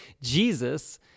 Jesus